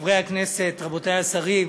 חברי הכנסת, רבותי השרים,